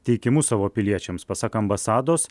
teikimu savo piliečiams pasak ambasados